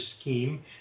scheme